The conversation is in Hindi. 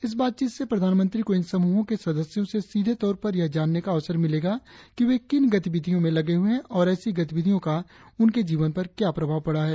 इस बातचीत से प्रधानमंत्री को इन समूहों के सदस्यों से सीधे तौर पर यह जानने का अवसर मिलेगा कि वे किन गतिविधियों में लगे हुए हैं और ऐसी गतिविधियों का उनके जीवन पर क्या प्रभाव पड़ा है